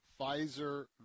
Pfizer